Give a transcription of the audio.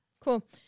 Cool